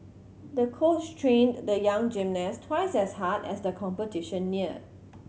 the coach trained the young gymnast twice as hard as the competition neared